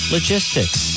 Logistics